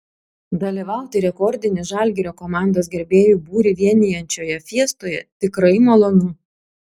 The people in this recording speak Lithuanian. dalyvauti rekordinį žalgirio komandos gerbėjų būrį vienijančioje fiestoje tikrai malonu